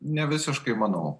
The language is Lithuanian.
ne visiškai manau